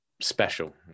special